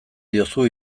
diozu